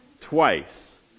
twice